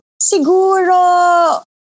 Siguro